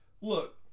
Look